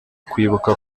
kwibuka